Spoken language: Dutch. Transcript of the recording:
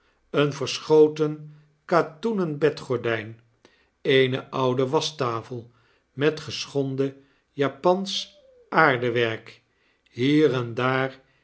een verschoten katoenen bedgordijn eene oude waschtaf'el met geschonden japansch aardewerk hier en daar